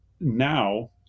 now